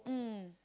mm